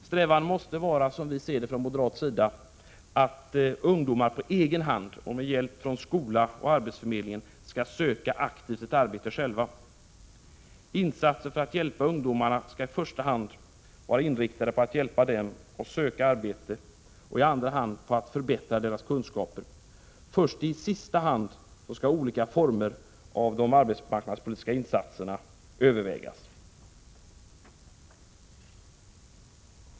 Strävan måste vara, som vi från moderat sida ser det, att ungdomar på egen hand och med hjälp från skola och arbetsförmedling själva aktivt skall söka ett arbete. Insatserna för att hjälpa ungdomarna skall i första hand vara inriktade på att hjälpa dem att söka arbete och i andra hand på att förbättra deras kunskaper. Först i sista hand skall olika former av arbetsmarknadspolitiska insatser övervägas.